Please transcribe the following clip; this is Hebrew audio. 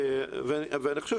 אני חושב